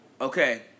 okay